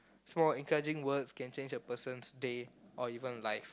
small encouraging words can change a person's day or even life